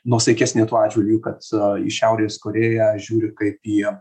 nuosaikesnė tuo atžvilgiu kad į šiaurės korėją žiūri kaip į